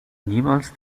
niemals